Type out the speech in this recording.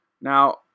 Now